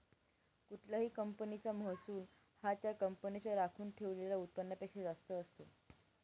कुठल्याही कंपनीचा महसूल हा त्या कंपनीच्या राखून ठेवलेल्या उत्पन्नापेक्षा जास्त असते